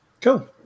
Cool